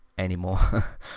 anymore